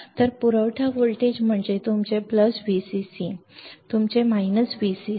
तर पुरवठा व्होल्टेज म्हणजे तुमचे प्लस Vcc तुमचे वजा Vcc